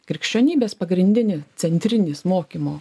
krikščionybės pagrindinį centrinis mokymo